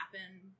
happen